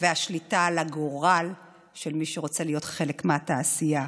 והשליטה על הגורל של מי שרוצה להיות חלק מהתעשייה.